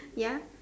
ya